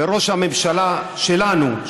וראש הממשלה שלנו,